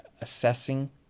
assessing